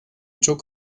çok